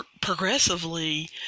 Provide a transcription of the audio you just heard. progressively